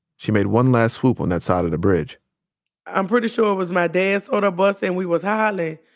she made one last swoop on that side of the bridge i'm pretty sure it was my dad saw the bus, and we was hollering.